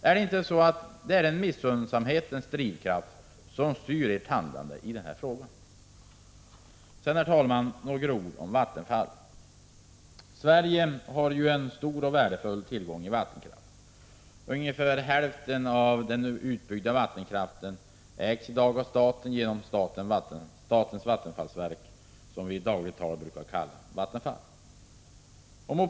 Är det inte missunnsamhetens drivkraft som styr ert handlande i den här frågan? Herr talman! Jag vill sedan säga några ord om Vattenfall. Sverige har en stor och värdefull tillgång i vattenkraften. Ungefär hälften av den utbyggna vattenkraften ägs i dag av staten genom statens vattenfallsverk, i dagligt tal kallat Vattenfall.